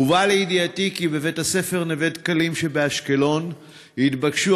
הובא לידיעתי כי בבית-הספר "נווה-דקלים" שבאשקלון התבקשו